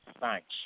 Thanks